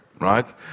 right